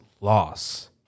loss